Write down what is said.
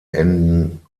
enden